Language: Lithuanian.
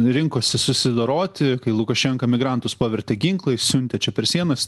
rinkosi susidoroti kai lukašenka migrantus pavertė ginklais siuntė čia per sienas